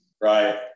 right